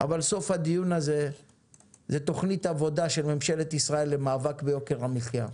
אבל סוף הדיון הזה זה תוכנית עבודה של ממשלת ישראל למאבק ביוקר המחיה.